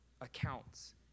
accounts